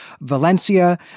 Valencia